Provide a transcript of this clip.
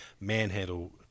manhandle